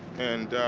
and